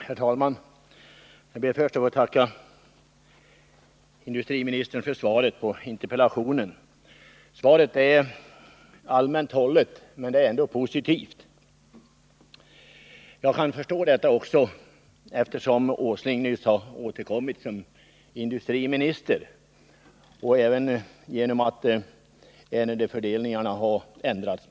Herr talman! Jag ber först att få tacka industriministern för svaret på interpellationen. Svaret är allmänt hållet, men det är ändå positivt. Jag kan förstå detta, eftersom Nils Åsling nyss har återkommit som industriminister och ärendefördelningen mellan departementen dessutom har ändrats.